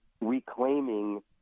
Reclaiming